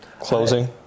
Closing